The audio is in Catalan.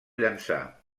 llençar